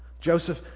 Joseph